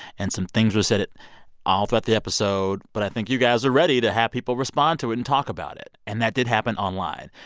and some things were said at all throughout the episode, but i think you guys were ready to have people respond to it and talk about it. and that did happen online.